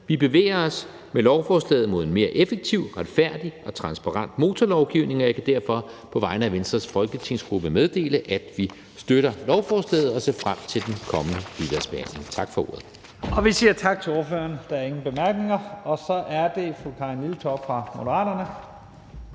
Vi bevæger os med lovforslaget mod en mere effektiv, retfærdig og transparent motorlovgivning, og jeg kan derfor på vegne af Venstres folketingsgruppe meddele, at vi støtter lovforslaget og ser frem til den kommende udvalgsbehandling. Tak for ordet. Kl. 12:02 Første næstformand (Leif Lahn Jensen): Vi siger tak til ordføreren. Der er ingen korte bemærkninger. Så er det fru Karin Liltorp fra Moderaterne.